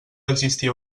existia